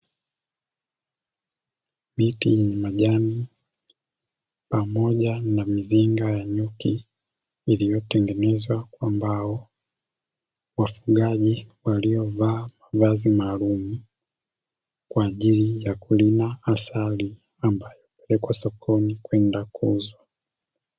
Miti yenye majani pamoja na mizinga ya nyuki, iliyotengenezwa kwa mbao, wafugaji waliovaa mavazi maalumu kwa ajili ya kulina asali ambayo hupelekwa sokoni kwenda kuuzwa.